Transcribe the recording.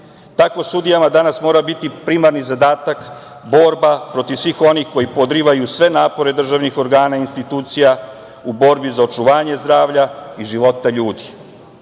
tako sudijama danas mora biti primarni zadatak borba protiv svih onih koji podrivaju sve napore državnih organa i institucija u borbi za očuvanje zdravlja i života ljudi. Nema